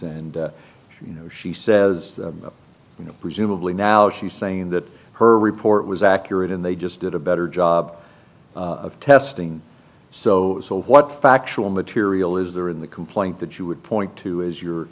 and you know she says you know presumably now she's saying that her report was accurate and they just did a better job of testing so so what factual material is there in the complaint that you would point to as your